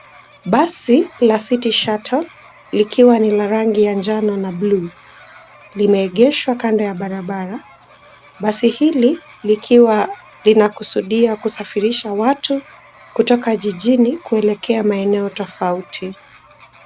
Basi la City Shuttle likiwa ni la rangi ya njano na blue limeegeshwa kando ya barabara. Basi hili likiwa linakusudia kusafirisha watu kutoka jijini kuelekea maeneo tofauti.